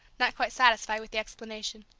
not quite satisfied with the explanation.